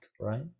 right